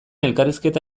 elkarrizketa